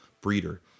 breeder